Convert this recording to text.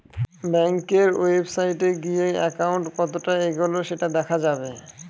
ব্যাঙ্কের ওয়েবসাইটে গিয়ে একাউন্ট কতটা এগোলো সেটা দেখা যাবে